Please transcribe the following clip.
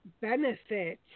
benefit